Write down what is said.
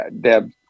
Deb